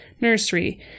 nursery